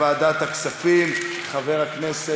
לוועדת הכספים נתקבלה.